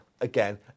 again